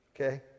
okay